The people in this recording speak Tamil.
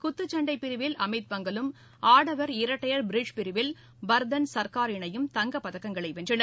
குத்துச்சன்டை பிரிவில் அமித்பங்கலும் ஆடவர் இரட்டையர் ப்ரிட்ஜ் பிரிவில் பர்தன் சர்கார் இணையும் தங்கப்பதக்கங்களை வென்றனர்